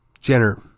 Jenner